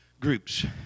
groups